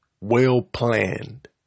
well-planned